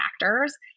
factors